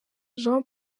jean